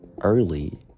early